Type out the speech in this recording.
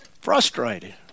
Frustrated